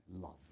love